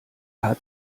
hat